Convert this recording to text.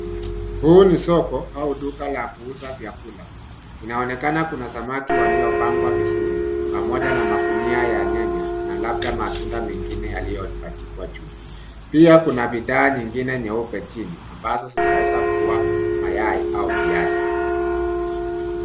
Huu ni soko au duka la kuuza vyakula. Inaonekana kuna samaki waliopangwa vizuri pamoja na magunia ya nyanya, na labda matunda mengine yaliyopachikwa juu. Pia kuna bidhaa nyengine nyeupe chini ambazo zinaweza kuwa mayai au viazi.